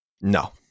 No